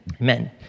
amen